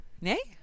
Nay